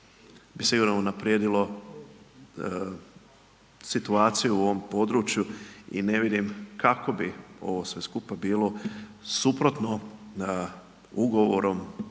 bi sigurno unaprijedilo situaciju u ovom području i ne vidim, kako bi ovo sve skupa bilo suprotno ugovorom